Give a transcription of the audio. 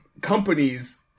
companies